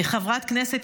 כחברת כנסת,